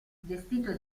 vestito